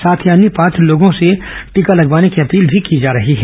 साथ ही अन्य पात्र लोगों से टीका लगवाने की अपील भी की जा रही है